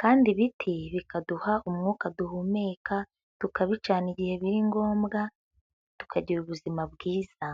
kandi ibiti bikaduha umwuka duhumeka, tukabicana igihe biri ngombwa, tukagira ubuzima bwiza.